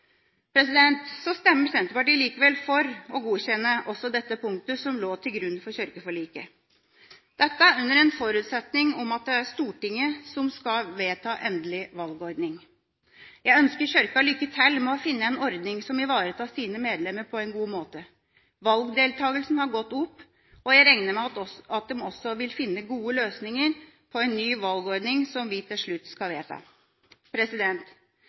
Så stemmer Senterpartiet likevel for å godkjenne også dette punktet som lå til grunn for kirkeforliket – dette under den forutsetning at det er Stortinget som skal vedta endelig valgordning. Jeg ønsker Kirka lykke til med å finne en ordning som ivaretar dens medlemmer på en god måte. Valgdeltakelsen har gått opp, og jeg regner med at den også vil finne gode løsninger på en ny valgordning, som vi til slutt skal vedta.